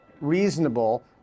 reasonable